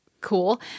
Cool